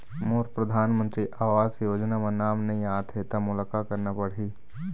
मोर परधानमंतरी आवास योजना म नाम नई आत हे त मोला का करना पड़ही?